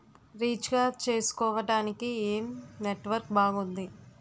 Recharge చేసుకోవటానికి ఏం network బాగుంది?